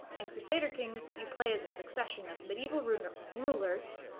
in crusader kings you play as a succession of medieval ru and ah rulers,